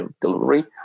delivery